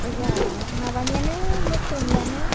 आयया माबानियानो मोसौनियानो